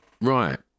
Right